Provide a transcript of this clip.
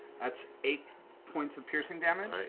that's eight points of piercing damage.